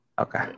Okay